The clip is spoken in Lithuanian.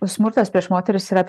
smurtas prieš moteris yra